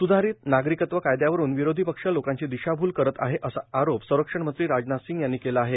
स्धारित नागरिकत्व कायदयावरून विरोधी पक्ष लोकांची दिशाभूल करत आहे असा आरोप संरक्षणमंत्री राजनाथ सिंग यांनी केला आहे